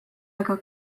ega